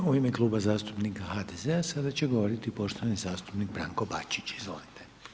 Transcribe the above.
Hvala, u ime Kluba zastupnika HDZ-a sada će govoriti poštovani zastupnik Branko Bačić, izvolite.